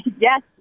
Yes